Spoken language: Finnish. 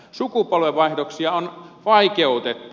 sukupolvenvaihdoksia on vaikeutettu